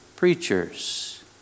Preachers